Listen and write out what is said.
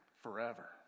forever